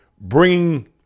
bringing